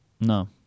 No